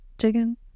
chicken